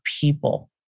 people